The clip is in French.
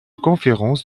conférence